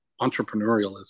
entrepreneurialism